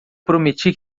prometi